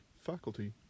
faculty